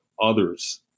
others